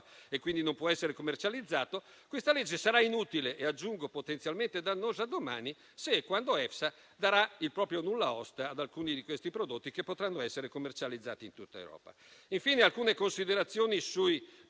e quindi non può essere commercializzato. Questa legge sarà inutile, e aggiungo potenzialmente dannosa domani, se e quando EFSA darà il proprio nulla osta ad alcuni di questi prodotti che potranno essere commercializzati in tutta Europa. Infine, faccio alcune considerazioni sugli